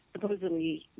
supposedly